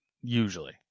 usually